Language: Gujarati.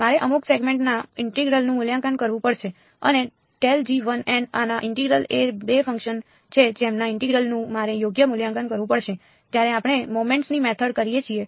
મારે અમુક સેગમેન્ટના ઇન્ટિગ્રલનું મૂલ્યાંકન કરવું પડશે અને આના ઇન્ટિગ્રલ એ 2 ફંક્શન છે જેમના ઇન્ટિગ્રલનું મારે યોગ્ય મૂલ્યાંકન કરવું પડશે જ્યારે આપણે મોમેન્ટ્સની મેથડ કરીએ છીએ